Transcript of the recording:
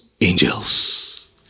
angels